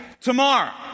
tomorrow